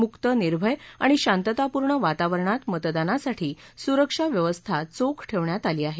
मुक्त निर्भय आणि शांततापूर्ण वातावरणात मतदानासाठी सुरक्षा व्यवस्था चोख ठेवण्यात आली आहे